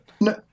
No